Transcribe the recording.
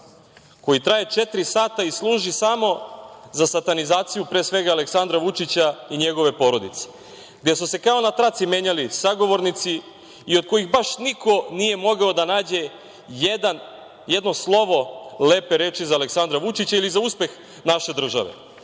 koji traje četiri sata i služi samo za satanizaciju pre svega Aleksandra Vučića i njegove porodice, gde su se kao na traci menjali sagovornici i od kojih baš niko nije mogao da nađe jedno slovo lepe reči za Aleksandra Vučića ili za uspeh naše države,